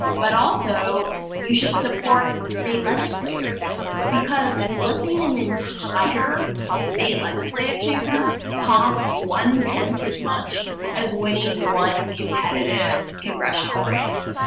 but also you should support state legislators because flipping an entire state legislative chamber cost one-tenth as much as winning one competitive congressional race.